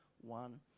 one